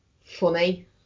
funny